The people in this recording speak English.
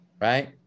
right